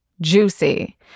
juicy